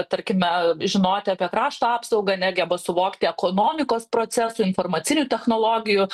tarkime žinoti apie krašto apsaugą negeba suvokti ekonomikos procesų informacinių technologijų